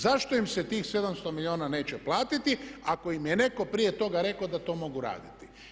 Zašto im se tih 700 milijuna neće platiti ako im je netko prije toga rekao da to mogu raditi.